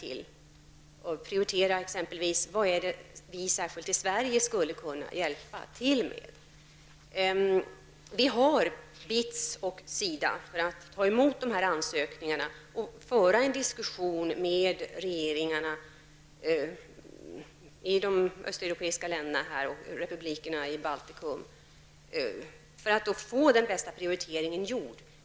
Det gäller t.ex. att avgöra vad vi här i Sverige skulle kunna hjälpa till med. BITS och SIDA tar emot dessa ansökningar, och de kan föra en diskussion med regeringarna i de östeuropeiska länderna och republikerna i Baltikum för att få den bästa prioriteringen gjord.